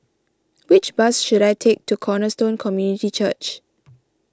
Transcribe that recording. which bus should I take to Cornerstone Community Church